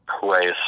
place